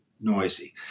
noisy